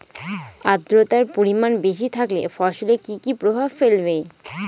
আদ্রর্তার পরিমান বেশি থাকলে ফসলে কি কি প্রভাব ফেলবে?